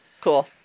Cool